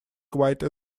quite